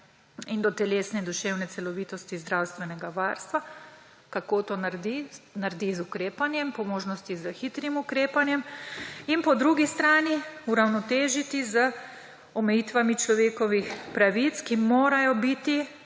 in do telesne in duševne celovitosti zdravstvenega varstva. Kako to naredi? Naredi z ukrepanjem. Po možnosti s hitrim ukrepanjem. In po drugi strani uravnotežiti z omejitvami človekovih pravic, ki morajo biti